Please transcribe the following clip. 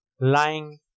lying